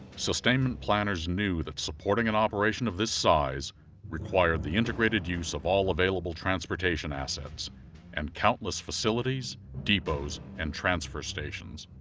sustainment planners knew that supporting an operation of this size required the integrated use of all available transportation assets and countless facilities, depots, and transfer stations.